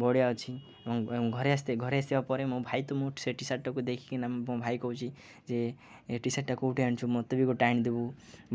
ବଢିଆ ଅଛି ଏବଂ ଘରେ ଆସି ଘରେ ଆସିବା ପରେ ମୋ ଭାଇ ତୁ ମୁଁ ସେ ଟି ସାର୍ଟକୁ ଦେଖିକି ନା ମୋ ଭାଇ କହୁଛି ଯେ ଏ ଟି ସାର୍ଟ ଟା କୋଉଠି ଆଣିଛୁ ମତେ ବି ଗୋଟେ ଆଣିଦିବୁ